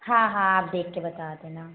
हाँ हाँ आप देख कर बता देना